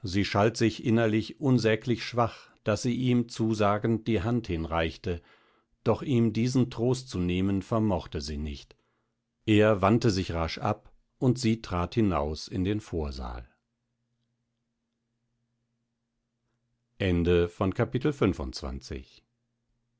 sie schalt sich innerlich unsäglich schwach daß sie ihm zusagend die hand hinreichte doch ihm diesen trost zu nehmen vermochte sie nicht er wandte sich rasch ab und sie trat hinaus in den vorsaal